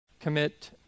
commit